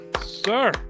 sir